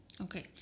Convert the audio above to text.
Okay